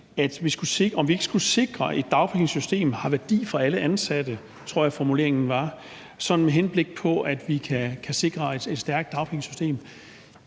om ikke vi skulle sikre, at et dagpengesystem har værdi for alle ansatte – jeg tror, det var sådan, formuleringen var – med henblik på at vi kan sikre et stærkt dagpengesystem.